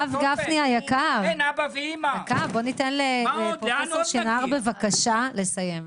הרב גפני היקר, בוא ניתן לפרופ' שנער לסיים.